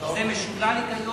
זה משולל היגיון.